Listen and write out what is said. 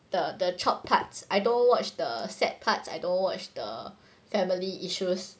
the the chop parts I don't watch the sad parts I don't watch the family issues